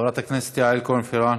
חברת הכנסת יעל כהן-פארן,